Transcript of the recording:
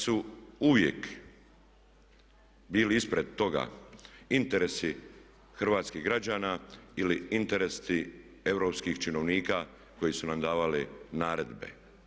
su uvijek bili ispred toga interesi hrvatskih građana ili interesi europskih činovnika koji su nam davali naredbe?